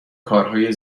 کارهای